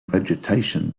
vegetation